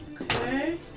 Okay